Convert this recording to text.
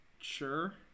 sure